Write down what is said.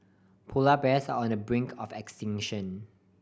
polar bears are on the brink of extinction